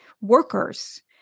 workers